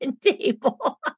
table